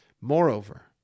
Moreover